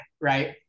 right